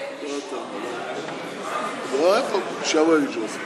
הוא לא מסכים.